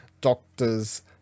Doctor's